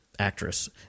actress